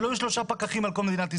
שלא יהיו שלושה פקחים על כל מדינת ישראל.